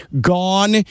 gone